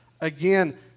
again